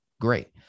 Great